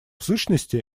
сущности